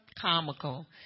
comical